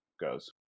goes